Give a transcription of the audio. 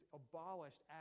abolished